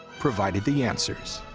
provided the answers.